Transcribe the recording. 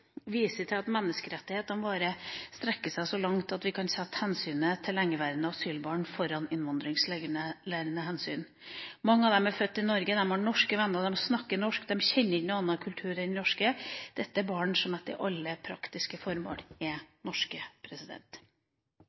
viser til at menneskerettighetene våre strekker seg så langt at vi kan sette hensynet til lengeværende asylbarn foran innvandringsregulerende hensyn. Mange av dem er født i Norge, de har norske venner, de snakker norsk, de kjenner ikke noen annen kultur enn den norske. Dette er barn som etter alle praktiske formål er norske.